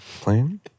plane